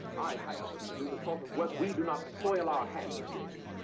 i hired them to do the sort of work we do not soil our hands with